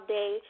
day